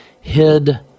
hid